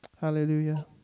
Hallelujah